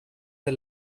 the